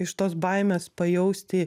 iš tos baimės pajausti